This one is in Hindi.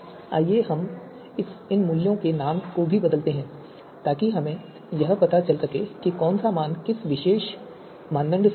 आइए अब हम इन मूल्यों का नाम भी बदलते हैं ताकि हमें यह पता चल सके कि कौन सा मान किस विशेष मानदंड से जुड़ा है